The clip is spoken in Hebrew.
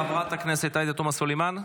חברת הכנסת עאידה תומא סלימאן,